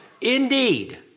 Indeed